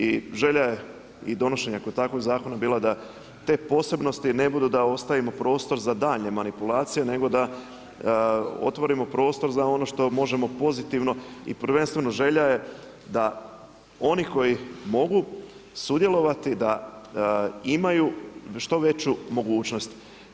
I želja je i donošenja kod takvog zakona bila da te posebnosti ne budu da ostavimo prostor za daljnje manipulacije, nego da otvorimo prostor za ono što možemo pozitivno i prvenstveno želja je da oni koji mogu sudjelovati da imaju što veću mogućnost.